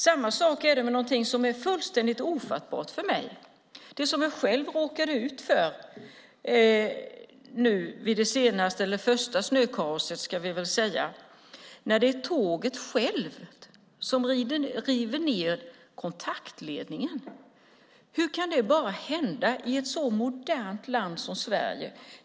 Samma sak är det med någonting som är fullständigt ofattbart för mig, det som jag själv råkade ut för nu vid det senaste snökaoset, eller det första ska vi väl säga, när tåget självt rev ned kontaktledningen. Hur kan det bara hända i ett så modernt land som Sverige?